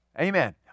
Amen